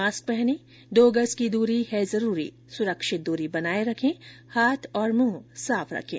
mask पहनें दो गज की दूरी है जरूरी सुरक्षित दूरी बनाए रखें हाथ और मुंह साफ रखें